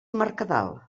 mercadal